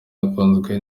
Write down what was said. yakunzwe